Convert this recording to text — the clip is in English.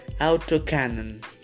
autocannon